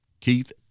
Keith